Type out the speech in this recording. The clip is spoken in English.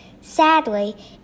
Sadly